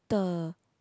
the